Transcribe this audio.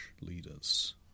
leaders